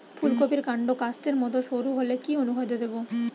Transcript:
ফুলকপির কান্ড কাস্তের মত সরু হলে কি অনুখাদ্য দেবো?